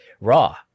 raw